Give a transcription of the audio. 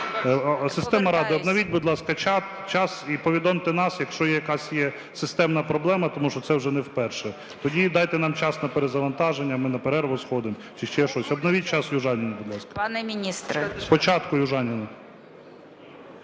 Система "Рада", обновіть, будь ласка, час і повідомте нас, якщо якась є системна проблема, тому що це вже не вперше. Тоді дайте нам час на перезавантаження, ми на перерву сходимо чи ще щось. Обновіть час Южаніній, будь ласка. З початку Южаніну.